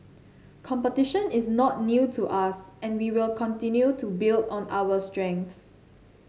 competition is not new to us and we will continue to build on our strengths